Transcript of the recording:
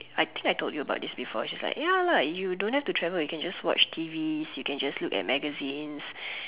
I think I told you about this before she's like ya lah you don't have to travel you can just watch T_Vs you can just look at magazines